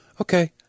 okay